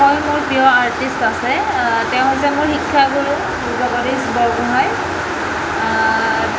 হয় মোৰ প্ৰিয় আৰ্টিষ্ট আছে তেওঁ হৈছে মোৰ শিক্ষাগুৰু যোগবাণী বৰগোহাঁই